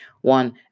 One